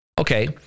Okay